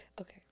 Okay